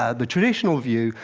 ah the traditional view,